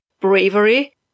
bravery